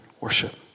worship